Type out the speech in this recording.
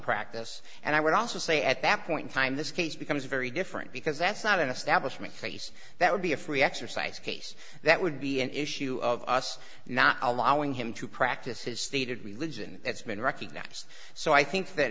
practice and i would also say at that point time this case becomes very different because that's not an establishment case that would be a free exercise case that would be an issue of us not allowing him to practice his stated religion that's been recognized so i think that